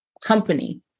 company